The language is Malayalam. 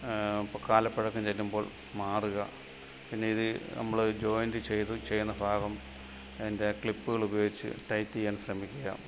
കാലപ്പഴക്കം ചെല്ലുമ്പോൾ മാറുക പിന്നെ ഇത് നമ്മൾ ജോയൻ്റ് ചെയ്ത് ചെയ്യുന്ന ഭാഗം അതിൻ്റെ ക്ലിപ്പുകൾ ഉപയോഗിച്ച് ടൈറ്റ് ചെയ്യാൻ ശ്രമിക്കുക